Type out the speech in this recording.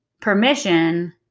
permission